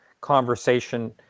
conversation